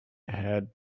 had